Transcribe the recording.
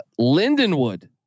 Lindenwood